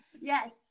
Yes